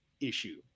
Issue